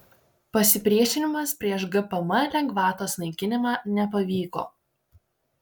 pasipriešinimas prieš gpm lengvatos naikinimą nepavyko